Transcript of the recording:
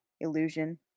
illusion